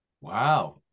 Wow